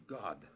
God